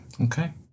Okay